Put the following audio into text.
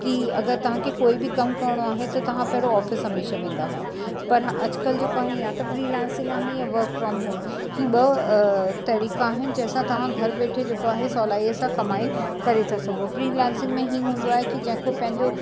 की अगरि तव्हांखे कोई बि कमु करिणो आहे त तव्हां पहिरों ऑफ़िस हमेशा वेंदा हुआ पर अॼुकल्ह जेको आहे या त फ़्रीलांसिंग आहे या वर्क फ़्रॉम होम हीउ ॿ तरीक़ा आहिनि जंहिंसां तव्हां घरु वेठो जेके आहे सहुलाईअ सां कमाई करे था सघो फ़्रीलांसिंग में ई हूंदो आहे की जंहिंखां पंहिंजो